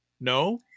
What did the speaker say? No